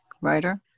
writer